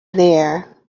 there